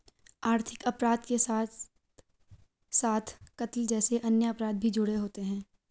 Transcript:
आर्थिक अपराध के साथ साथ कत्ल जैसे अन्य अपराध भी जुड़े होते हैं